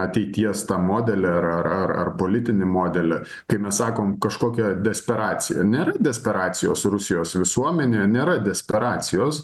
ateities tą modelį ar ar ar ar politinį modelį kai mes sakom kažkokia desperacija nėra desperacijos rusijos visuomenėje nėra desperacijos